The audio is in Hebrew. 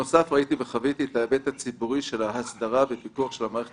ראיתי וחוויתי גם את ההיבט הציבורי של ההסדרה והפיקוח של מערכת